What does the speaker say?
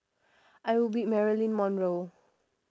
I would be marilyn monroe